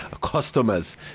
customers